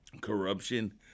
corruption